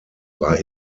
war